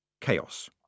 chaos